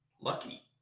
Lucky